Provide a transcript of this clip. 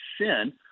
sin